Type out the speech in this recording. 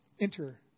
Enter